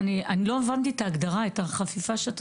בתי הספר צריכים לנהל היום תפיסה של מנהיגות.